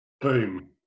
Boom